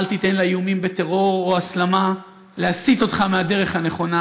אל תיתן לאיומים בטרור או בהסלמה להסיט אותך מהדרך הנכונה.